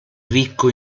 ricco